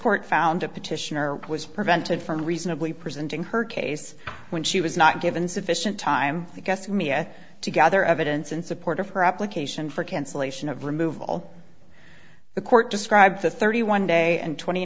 court found a petitioner was prevented from reasonably presenting her case when she was not given sufficient time to guess mia to gather evidence in support of her application for cancellation of removal the court described the thirty one day and twenty